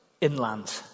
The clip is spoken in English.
inland